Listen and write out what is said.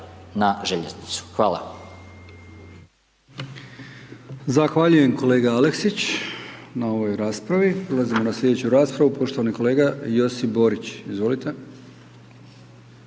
na željeznicu. Hvala.